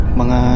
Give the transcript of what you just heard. mga